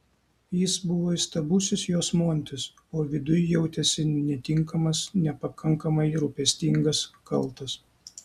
jis buvo įstabusis jos montis o viduj jautėsi netinkamas nepakankamai rūpestingas kaltas